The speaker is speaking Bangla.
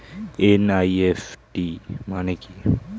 এন.ই.এফ.টি মানে কি?